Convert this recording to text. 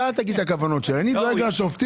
אתה אל תגיד את הכוונות שלי, אני דואג לשופטים.